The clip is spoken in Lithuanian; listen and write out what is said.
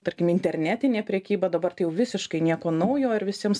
tarkim internetinė prekyba dabar tai jau visiškai nieko naujo ir visiems